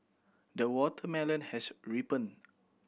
the watermelon has ripened